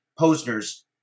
Posner's